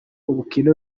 ubukene